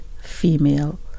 female